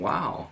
Wow